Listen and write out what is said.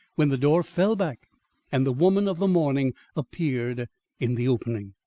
when the door fell back and the woman of the morning appeared in the opening.